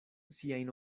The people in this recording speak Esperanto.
siajn